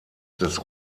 des